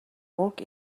work